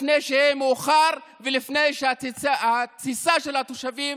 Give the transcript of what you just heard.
לפני שיהיה מאוחר ולפני שהתסיסה של התושבים